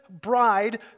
bride